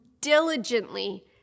diligently